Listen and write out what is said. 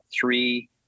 three